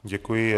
Děkuji.